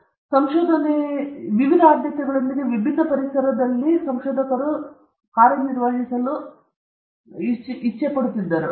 ಮೊದಲಿಗೆ ಸಂಶೋಧನೆಯು ಕಂಡುಬಂದಿದೆ ಆದರೆ ವಿವಿಧ ಆದ್ಯತೆಗಳೊಂದಿಗೆ ವಿಭಿನ್ನ ಪರಿಸರದಲ್ಲಿ ಇದನ್ನು ನಿರ್ವಹಿಸಲು ಅವರು ಬಳಸುತ್ತಿದ್ದರು